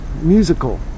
Musical